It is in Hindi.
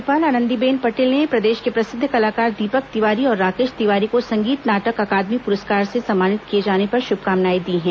राज्यपाल आनंदीबेन पटेल ने प्रदेश के प्रसिद्ध कलाकार दीपक तिवारी और राकेश तिवारी को संगीत नाटक अकादमी पुरस्कार से सम्मानित किये जाने पर शुभकामनाएं दी हैं